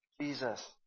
Jesus